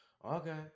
Okay